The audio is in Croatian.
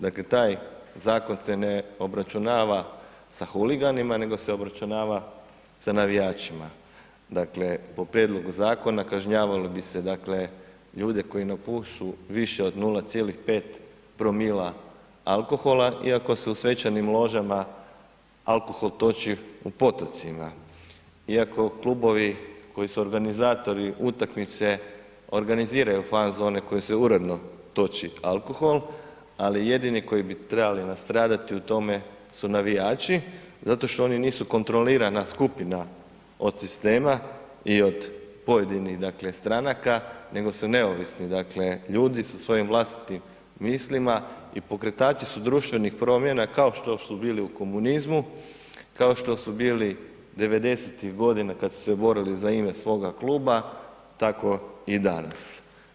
Dakle taj zakon se ne obračunava sa huliganima nego se obračunava sa navijačima, dakle po prijedlogu zakona kažnjavalo bi se ljude koji napušu više od 0,5‰ alkohola iako se u svečanim ložama alkohol toči u potocima, iako klubovi koji su organizatori utakmice, organiziraju fan zone u koje se uredno toči alkohol, ali jedini koji bi trebali nastradati u tome su navijači zato što oni nisu kontrolirana skupina od sistema i od pojedinih stranaka nego su neovisni ljudi sa svojim vlastitim mislima i pokretači su društvenih promjena kao što su bili u komunizmu, kao što su bili 90-ih kad su se borili za ime svoga kluba, tako i danas.